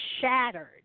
shattered